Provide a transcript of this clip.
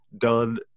done